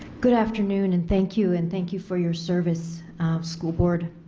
good afternoon, and thank you and thank you for your service school board.